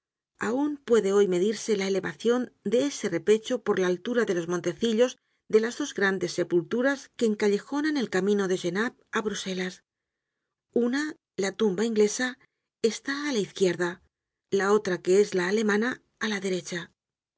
aun puede hoy medirse la elevacion de este repecho por la altura de los montecillos de las dos grandes sepulturas que encallejonan el camino de genappe a bruselas una la tumba inglesa está á la izquierda la otra que es la alemana á la derecha